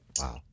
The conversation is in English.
wow